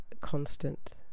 constant